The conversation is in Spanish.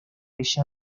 ella